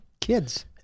kids